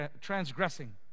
transgressing